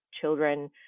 children